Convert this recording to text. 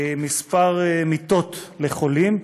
על מספר המיטות לחולים,